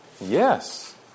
Yes